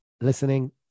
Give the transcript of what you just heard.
listening